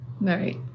Right